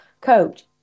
coach